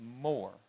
more